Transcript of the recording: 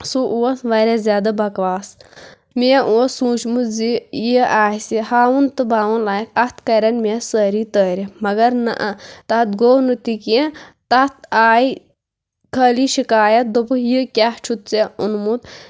سُہ اوس واریاہ زیادٕ بکواس مےٚ اوس سوٗنٛچمُت زِ یہِ آسہِ ہاوُن تہٕ باوُن لایق اَتھ کَرن مےٚ سٲری تٲریٖف مگر نہٕ تَتھ گوٚو نہٕ تہِ کیٚنٛہہ تَتھ آے خٲلی شِکایت دوٚپُکھ یہِ کیٛاہ چھُتھ ژےٚ اوٚنمُت